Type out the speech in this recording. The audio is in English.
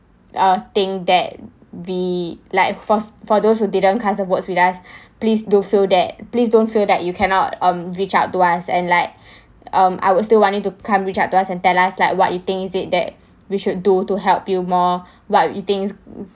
uh think that be like for for those who didn't cast the votes with us please do feel that please don't feel that you cannot um reach out to us and like um I will still wanting to come reach out to us and tell us like what you think is it that we should do to help you more what you think is